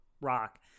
rock